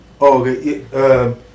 okay